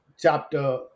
chapter